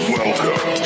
welcome